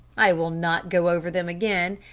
i will not go over them again.